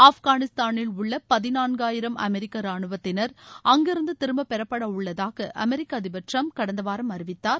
ஆப்கானிஸ்தானில் உள்ள பதிநான்காயிரம் அமெரிக்க ரானுவத்தினா் அங்கிருந்து திரும்ப பெறப்பட உள்ளதாக அமெரிக்க அதிபர் டிரம்ப் கடந்தவாரம் அறிவித்தார்